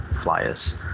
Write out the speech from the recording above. flyers